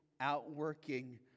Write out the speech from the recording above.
outworking